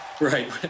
Right